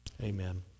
Amen